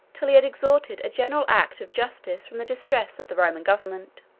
till he had extorted a general act of justice from the distress of the roman government.